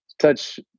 touch